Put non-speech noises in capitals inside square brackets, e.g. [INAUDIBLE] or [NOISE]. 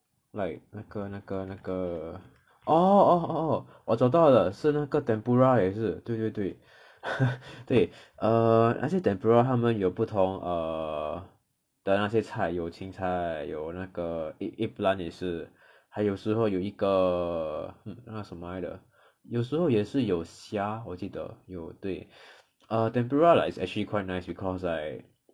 like 那个那个那个 orh 我找到了是那个 tempura 也是对对对 [LAUGHS] 对 err actually tempura 他们有不同 err 的那些菜有青菜有那个 egg~ eggplant 也是还有时候有一个那什么来的有时候也是有虾我记得有对 err tempura like is actually quite nice because like